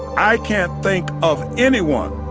i can't think of anyone